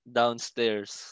downstairs